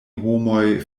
homoj